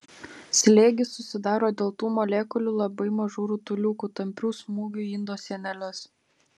slėgis susidaro dėl tų molekulių labai mažų rutuliukų tamprių smūgių į indo sieneles